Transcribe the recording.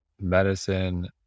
medicine